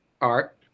art